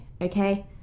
okay